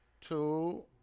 Two